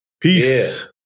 Peace